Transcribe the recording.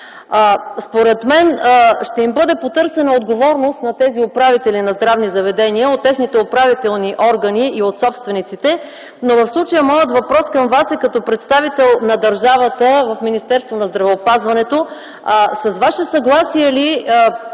Според мен ще им бъде потърсена отговорност на тези управители на здравни заведения, от техните управителни органи и от собствениците, но в случая моят въпрос към Вас е като представител на държавата в Министерството на здравеопазването: с Ваше съгласие ли